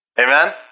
Amen